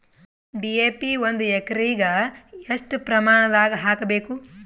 DAP ಒಂದು ಎಕರಿಗ ಎಷ್ಟ ಪ್ರಮಾಣದಾಗ ಹಾಕಬೇಕು?